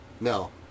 No